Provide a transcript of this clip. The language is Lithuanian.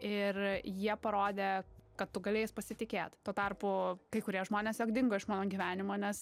ir jie parodė kad tu gali jais pasitikėt tuo tarpu kai kurie žmonės tiesiog dingo iš mano gyvenimo nes